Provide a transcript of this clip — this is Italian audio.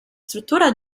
struttura